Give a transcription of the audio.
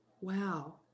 Wow